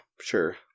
sure